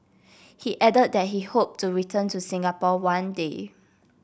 he added that he hoped to return to Singapore one day